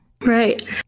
Right